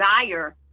desire